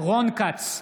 רון כץ,